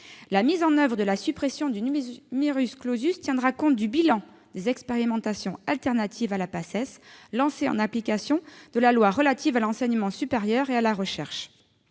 La mise en oeuvre de la suppression du tiendra compte du bilan des expérimentations alternatives à la PACES lancées en application de la loi relative à l'enseignement supérieur et à la recherche.